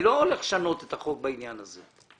אני לא הולך לשנות את החוק בעניין הזה.